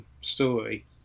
story